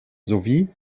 sowie